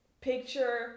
picture